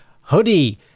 hoodie